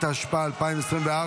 התשפ"ה 2024,